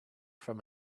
from